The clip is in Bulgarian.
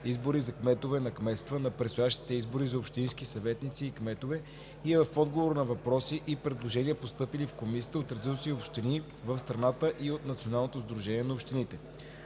избори за кметове на кметства на предстоящите избори за общински съветници и кметове и е в отговор на въпроси и предложения, постъпили в Комисията от редица общини в страната, и от Националното сдружение на общините.